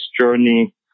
journey